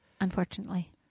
unfortunately